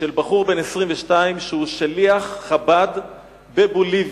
של בחור בן 22 שהוא שליח חב"ד בבוליביה.